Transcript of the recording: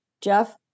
Jeff